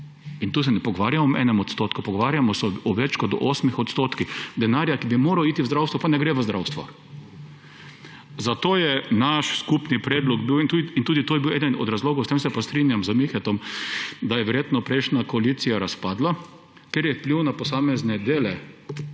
In tu se ne pogovarjamo o 1 %, pogovarjamo se o več kot 8 % denarja, ki bi moral iti v zdravstvo, pa ne gre v zdravstvo. Zato je naš skupni predlog bil – in tudi to je bil eden od razlogov, pri tem se pa strinjam z Miho –, da je verjetno prejšnja koalicija razpadla, ker je vpliv na posamezne dele